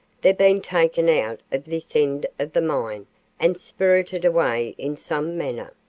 they've been taken out of this end of the mine and spirited away in some manner.